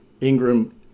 Ingram